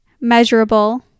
measurable